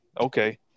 Okay